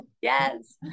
yes